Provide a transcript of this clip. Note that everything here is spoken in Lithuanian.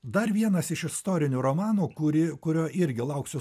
dar vienas iš istorinių romanų kuri kurio irgi lauksiu